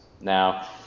Now